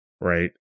right